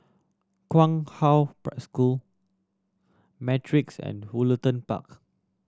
Kong Hwa School Matrix and Woollerton Park